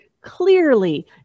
clearly